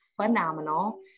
Phenomenal